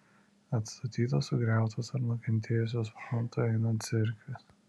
atstatytos sugriautos ar nukentėjusios frontui einant cerkvės